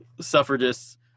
suffragists